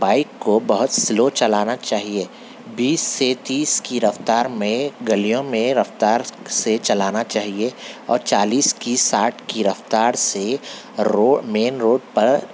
bike کو بہت slow چلانا چاہیے بیس سے تیس کی رفتار میں گلیوں میں رفتار سے چلانا چاہیے اور چالیس کی ساٹھ کی رفتار سے مین روڈ پر